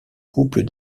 couples